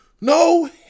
No